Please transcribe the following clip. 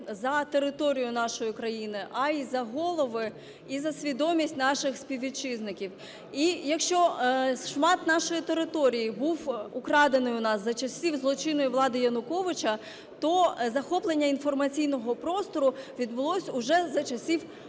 за територію нашої країни, а й за голови і за свідомість наших співвітчизників. І якщо шмат нашої території був украдений у нас за часів злочинної влади Януковича, то захоплення інформаційного простору відбулося вже за часів